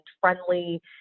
friendly